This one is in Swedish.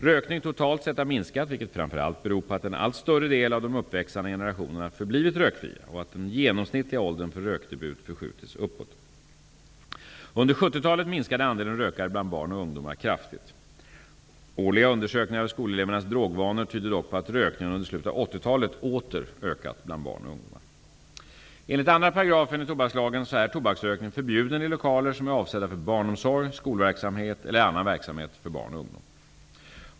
Rökning totalt sett har minskat vilket framför allt beror på att en allt större del av de uppväxande generationerna förblivit rökfria och att den genomsnittliga åldern för rökdebut förskjutits uppåt. Under 1970-talet minskade andelen rökare bland barn och ungdomar kraftigt. Årliga undersökningar av skolelevernas drogvanor tyder dock på att rökningen under slutet av 80-talet åter ökat bland barn och ungdomar. Enligt 2 § tobakslagen är tobaksrökning förbjuden i lokaler som är avsedda för barnomsorg, skolverksamhet eller annan verksamhet för barn och ungdom.